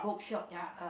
ya they